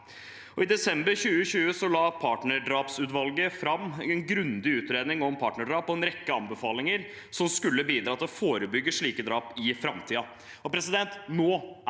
I desember 2020 la partnerdrapsutvalget fram en grundig utredning om partnerdrap og en rekke anbefalinger som skulle bidra til å forebygge slike drap i framtiden.